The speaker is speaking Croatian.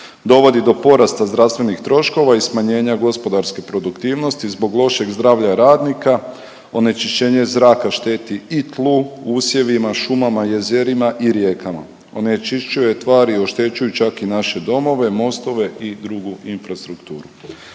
dovodi do porasta zdravstvenih troškova i smanjenja gospodarske produktivnosti zbog lošeg zdravlja radnika onečišćenje zraka šteti i tlu, usjevima, šumama, jezerima i rijekama. Onečišćuje tvari, oštećuju čak i naše domove, mostove i drugu infrastrukturu.